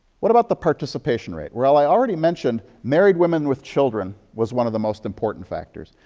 what about the participation rate? well i already mentioned married women with children was one of the most important factors.